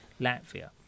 Latvia